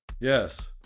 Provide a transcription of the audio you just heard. Yes